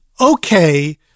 Okay